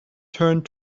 turned